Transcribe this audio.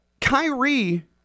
Kyrie